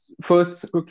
first